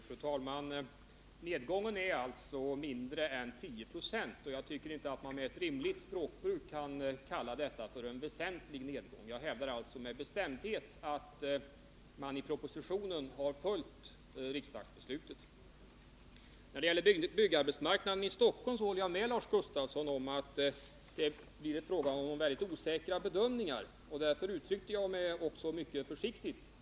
Fru talman! Nedgången i intagningskapaciteten är alltså mindre än 10 96, och jag tycker inte att man med ett rimligt språkbruk kan kalla det för en väsentlig nedgång. Jag hävdar alltså med bestämdhet att man i propositionen har följt riksdagsbeslutet. När det gäller byggarbetsmarknaden i Stockholm håller jag med Lars Gustafsson om att det är fråga om väldigt osäkra bedömningar. Därför uttryckte jag mig mycket försiktigt.